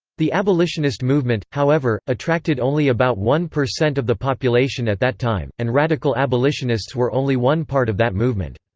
the abolitionist movement, however, attracted only about one per cent of the population at that time, and radical abolitionists were only one part of that movement.